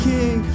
King